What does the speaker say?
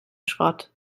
schrott